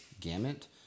gamut